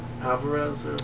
Alvarez